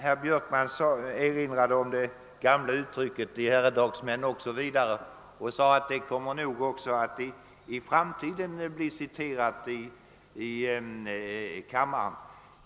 Herr Björkman erinrade om det gamla uttrycket »I herredagsmän...» och menade att det nog också i framtiden kommer att bli citerat i kammaren.